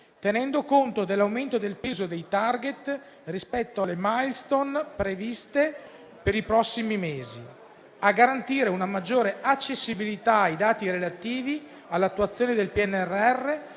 tenendo conto dell'aumento del peso dei *target* rispetto alle *milestone* previsto per i prossimi mesi; a garantire una maggiore accessibilità ai dati relativi all'attuazione del PNRR,